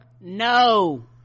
no